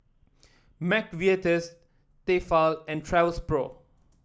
McVitie's Tefal and Travelpro